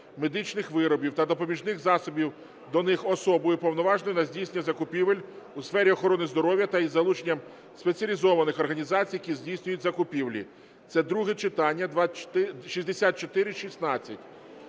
медичних виробів та допоміжних засобів до них особою, уповноваженою на здійснення закупівель у сфері охорони здоров'я, та із залученням спеціалізованих організацій, які здійснюють закупівлі. Це друге читання, 6416.